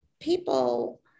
People